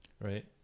Right